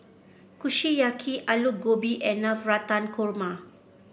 Kushiyaki Alu Gobi and Navratan Korma